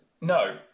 No